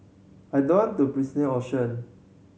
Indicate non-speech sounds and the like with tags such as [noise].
I don't to [unintelligible] option